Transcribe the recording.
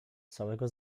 całego